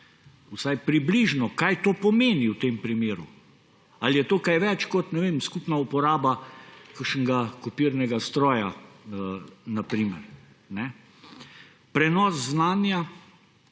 vsaj približno, kaj to pomeni v tem primeru. A je to kaj več kot skupna uporaba kakšnega kopirnega stroja, na primer? Prenos znanja.